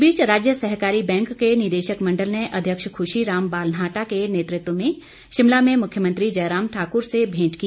इस बीच राज्य सहकारी बैंक के निदेशक मंडल ने अघ्यक्ष खुशीराम बालनाहटा के नेतृत्व में शिमला में मुख्यमंत्री जयराम ठाकुर से भेंट की